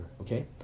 okay